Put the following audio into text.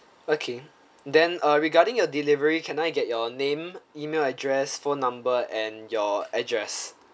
okay then uh regarding your delivery can I get your name email address phone number and your address